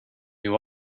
you